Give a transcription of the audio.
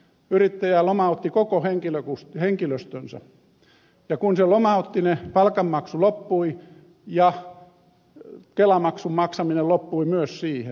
yrittäjä lomautti koko henkilöstönsä ja kun se lomautti ne palkanmaksu loppui ja kelamaksun maksaminen loppui myös siihen